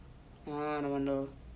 no wonder